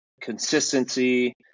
consistency